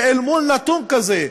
ואל מול נתון כזה,